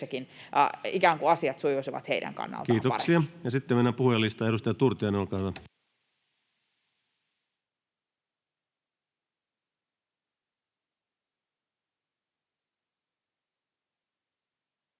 töissäkin ikään kuin asiat sujuisivat heidän kannaltaan paremmin. Kiitoksia. — Ja sitten mennään puhujalistaan. — Edustaja Turtiainen, olkaa hyvä.